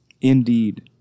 Indeed